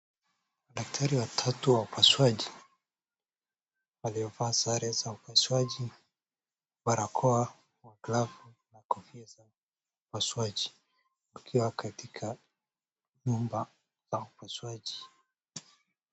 Daktari watatu wa upasuaji waliovaa sare za upasuaji, barakoa, glavu na kofia za upasuaji wakiwa katika nyumba la upasuaji.